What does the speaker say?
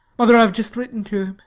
mother, i have just written to